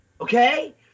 Okay